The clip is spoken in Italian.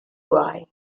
guai